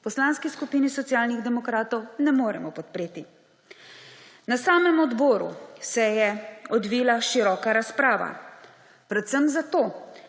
Poslanski skupini Socialnih demokratov ne moremo podpreti. Na seji odbora se je odvijala široka razprava predvsem zato,